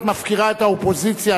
את מפקירה את האופוזיציה,